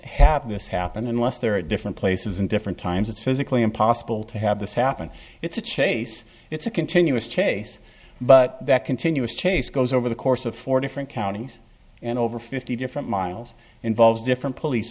have this happen unless they're at different places and different times it's physically impossible to have this happen it's a chase it's a continuous chase but that continuous chase goes over the course of four different counties and over fifty different miles involves different police